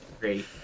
great